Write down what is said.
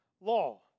law